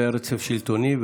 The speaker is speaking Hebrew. שלא היה רצף שלטוני,